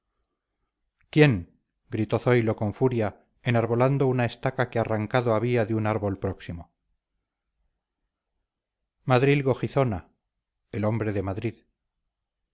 quién gritó zoilo con furia enarbolando una estaca que arrancado había de un árbol próximo madrilgo gizona el hombre de madrid